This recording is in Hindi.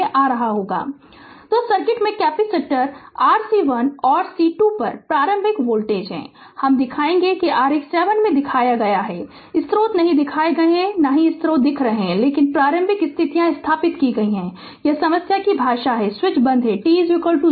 Refer Slide Time 2449 तो सर्किट में कैपेसिटर RC1 और C2 पर प्रारंभिक वोल्टेजहम दिखायेगे कि आरेख 7 में दिखाया है स्रोत नहीं दिखाए गए स्रोत नहीं दिखाए गए हैं लेकिन प्रारंभिक स्थितियां स्थापित की गई हैं यह समस्या की भाषा है स्विच बंद है टी 0